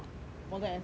model essay lor